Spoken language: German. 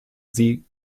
sie